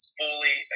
fully